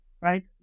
Right